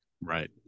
Right